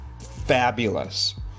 fabulous